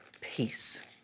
peace